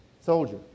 Soldier